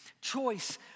choice